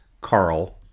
Carl